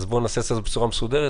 בואו נעשה את זה בצורה מסודרת.